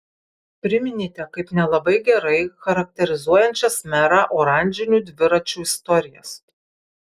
priminėte kaip nelabai gerai charakterizuojančias merą oranžinių dviračių istorijas